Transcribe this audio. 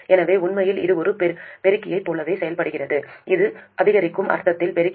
எனவே உண்மையில் இது ஒரு பெருக்கியைப் போலவே செயல்படுகிறது இது அதிகரிக்கும் அர்த்தத்தில் பெருக்கி